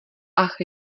ach